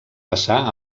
passar